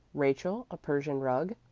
rachel a persian rug,